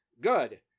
Good